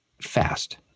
fast